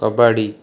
kabaddi